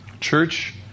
Church